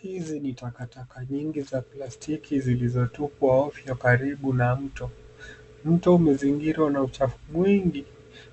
Hizi ni takataka nyingi za plastiki zilizotupwa ovyo karibu na mto. Mto umezingirwa na uchafu mwingi